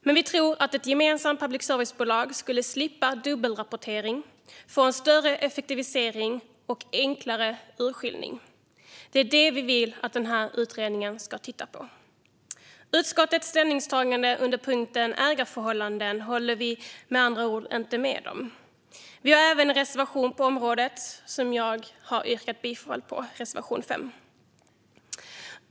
Men vi tror att ett gemensamt public service-bolag skulle slippa dubbelrapportering samt få en större effektivisering och enklare urskiljning. Det är det vi vill att den här utredningen ska titta på. Utskottets ställningstagande under punkten Ägarförhållanden håller vi med andra ord inte med om. Vi har även en reservation på området, reservation 5, som jag har yrkat bifall till.